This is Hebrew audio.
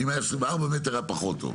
אם היו 24 מטרים זה היה פחות טוב,